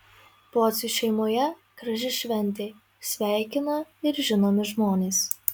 pocių šeimoje graži šventė sveikina ir žinomi žmonės